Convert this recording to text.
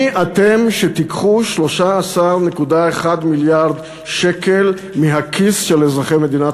מי אתם שתיקחו 13.1 מיליארד שקל מהכיס של אזרחי מדינת